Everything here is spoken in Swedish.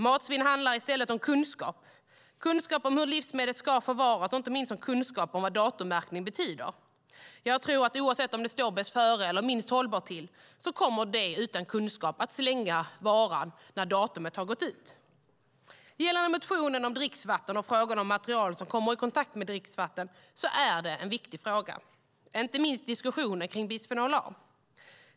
Matsvinn handlar i stället om kunskap, kunskap om hur livsmedlet ska förvaras och inte minst om vad datummärkningen betyder. Jag tror att oavsett om det står "bäst före" eller "minst hållbar till" kommer de utan kunskap att slänga varan när datumet har gått ut. Det finns en motion om dricksvatten och frågan om material som kommer i kontakt med dricksvatten. Det är en viktig fråga. Det gäller inte minst diskussionen kring bisfenol A.